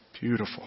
Beautiful